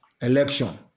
election